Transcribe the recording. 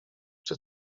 czy